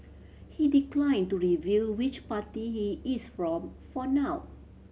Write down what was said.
he declined to reveal which party he is from for now